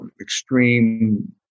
extreme